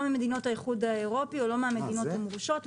ממדינות האיחוד האירופי או לא מהמדינות המורשות,